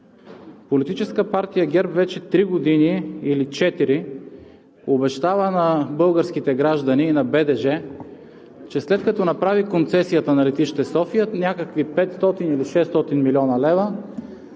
Политическа партия ГЕРБ вече три или четири години обещава на българските граждани и на БДЖ, че след като направи концесията на летище София, някакви 500 или 600 млн. лв.